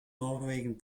norwegen